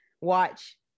watch